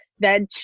Veg